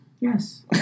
Yes